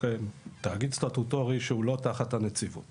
תאגיד סטטוטורי שאינו תחת הנציבות